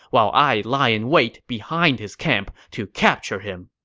while i lie in wait behind his camp to capture him.